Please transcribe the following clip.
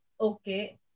okay